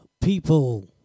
people